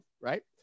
right